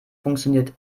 funktioniert